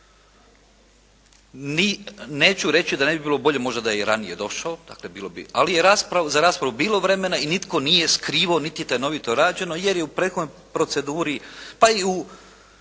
neću reći da ne bi bilo bolje možda da je i ranije došao, dakle bilo bi, ali je za raspravu bilo vremena i nitko nije skrivao niti je tajnovito rađeno, jer je u prethodnoj proceduri, pa i u